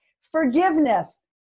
Forgiveness